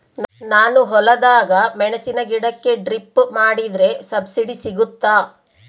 ನಾನು ಹೊಲದಾಗ ಮೆಣಸಿನ ಗಿಡಕ್ಕೆ ಡ್ರಿಪ್ ಮಾಡಿದ್ರೆ ಸಬ್ಸಿಡಿ ಸಿಗುತ್ತಾ?